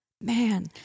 Man